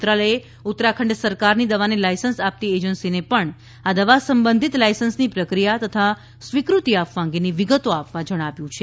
મંત્રાલયે ઉત્તરાખંડ સરકારની દવાને લાયસન્સ આપતી એજન્સીને પણ આ દવા સંબંધિત લાયસન્સની પ્રક્રિયા તથા સ્વીકૃતિ આપવા અંગેની વિગતો આપવા જણાવ્યું છે